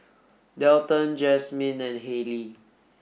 Dalton Jasmine and Hayley